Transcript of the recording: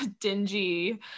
dingy